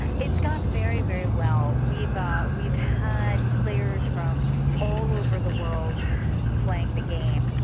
it's gone very, very well. we've um we've had players from all over the world playing the game,